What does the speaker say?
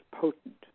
potent